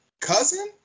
cousin